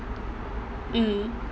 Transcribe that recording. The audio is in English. mm